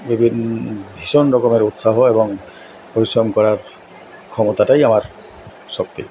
ভীষণ রকমের উৎসাহ এবং পরিশ্রম করার ক্ষমতাটাই আমার শক্তি